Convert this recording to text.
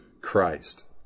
Christ